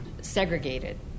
segregated